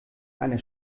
einer